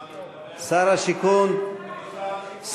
מה, אני אדבר, הוא כאן, הוא כאן.